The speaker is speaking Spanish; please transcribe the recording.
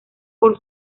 por